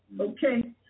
okay